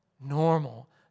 normal